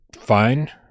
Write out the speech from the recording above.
fine